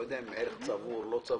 אני לא יודע אם ערך צבור או לא צבור.